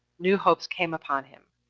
new hopes came upon him,